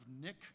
nick